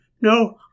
no